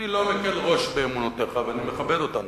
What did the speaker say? אני לא מקל ראש באמונותיך, ואני מכבד אותן,